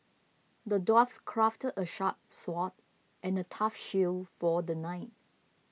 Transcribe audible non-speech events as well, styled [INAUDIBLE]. the dwarf [UNINTELLIGIBLE] crafted a sharp sword and a tough shield for the knight